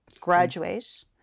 graduate